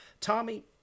Tommy